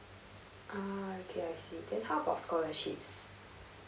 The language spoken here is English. ah okay I see then how about scholarships